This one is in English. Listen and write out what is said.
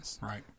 Right